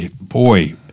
boy